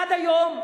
עד היום,